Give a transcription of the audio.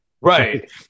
Right